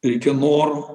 reikia noro